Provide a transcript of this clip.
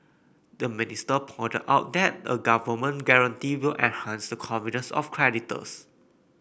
the minister pointed out that a government guarantee will enhance the confidence of creditors